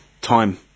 Time